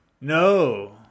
No